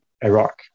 Iraq